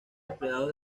empleados